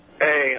Hey